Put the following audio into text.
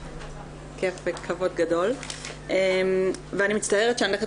כיף וכבוד גדול ואני מצטערת שאני הולכת